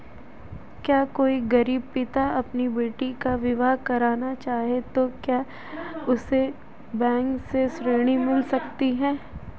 अगर कोई गरीब पिता अपनी बेटी का विवाह करना चाहे तो क्या उसे बैंक से ऋण मिल सकता है?